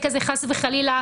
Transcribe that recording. חס וחלילה,